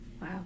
Wow